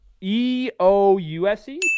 E-O-U-S-E